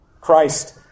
Christ